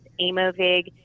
Amovig